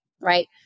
right